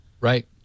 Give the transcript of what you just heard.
Right